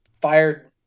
fired